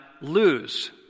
lose